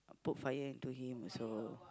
put fire into him so